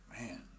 man